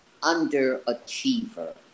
underachiever